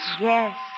Yes